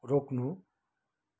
रोक्नु